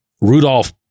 Rudolph